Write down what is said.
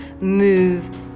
move